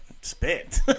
spit